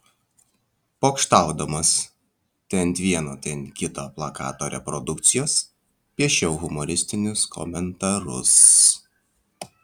pokštaudamas tai ant vieno tai ant kito plakato reprodukcijos piešiau humoristinius komentarus